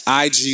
IG